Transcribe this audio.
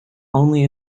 only